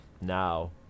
Now